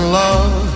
love